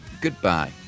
Goodbye